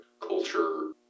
culture